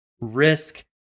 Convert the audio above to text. Risk